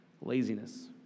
laziness